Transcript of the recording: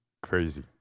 Crazy